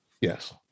Yes